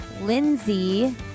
Lindsay